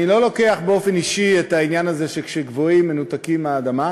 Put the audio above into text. אני לא לוקח באופן אישי את העניין הזה שכשגבוהים מנותקים מהאדמה,